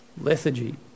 lethargy